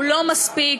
לא מספיק,